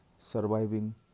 surviving